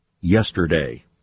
yesterday